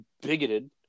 bigoted